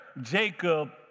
Jacob